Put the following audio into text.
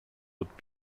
autres